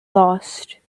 lost